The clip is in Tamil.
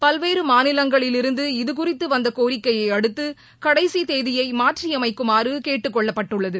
பல்வேறு மாநிலங்களில் இருந்து இதுகுறித்து வந்த கோரிக்கையை அடுத்து கடைசி தேதியை மாற்றியமைக்குமாறு கேட்டுக் கொள்ளப்பட்டுள்ளது